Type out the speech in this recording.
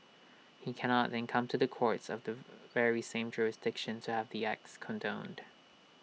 he cannot then come to the courts of the very same jurisdiction to have the acts condoned